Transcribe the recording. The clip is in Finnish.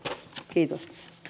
kiitos